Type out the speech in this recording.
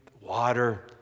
water